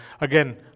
Again